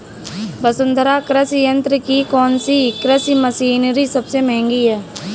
वसुंधरा कृषि यंत्र की कौनसी कृषि मशीनरी सबसे महंगी है?